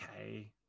okay